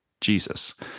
Jesus